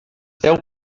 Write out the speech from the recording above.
deu